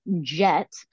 jet